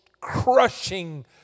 crushing